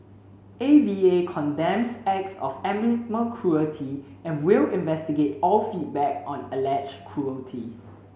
A V A condemns acts of animal cruelty and will investigate all feedback on alleged cruelty